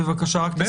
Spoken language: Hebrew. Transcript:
לי